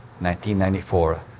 1994